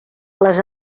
les